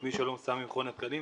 שמי שלום סמי ממכון התקנים.